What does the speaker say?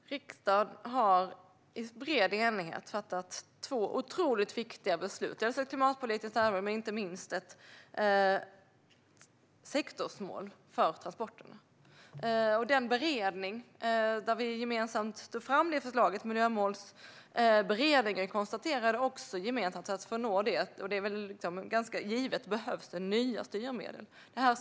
Fru talman! Riksdagen har i bred enighet fattat två otroligt viktiga beslut: ett i ett klimatpolitiskt ärende och, inte minst, ett gällande ett sektorsmål för transporterna. Den beredning där vi gemensamt tog fram förslaget, Miljömålsberedningen, konstaterade gemensamt att för att nå detta mål behövs nya styrmedel - vilket är ganska givet.